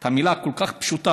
שזו מילה כל כך פשוטה,